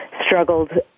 struggled